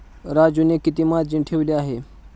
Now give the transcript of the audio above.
राजूने किती मार्जिन ठेवले आहे?